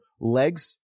legs